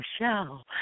Michelle